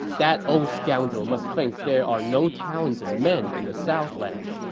that old scoundrel must think there are no talented men in the southlands.